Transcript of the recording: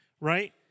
right